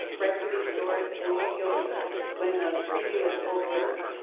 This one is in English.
right through these doors, and will be open when the preview is over.